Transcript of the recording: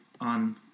on